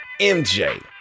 MJ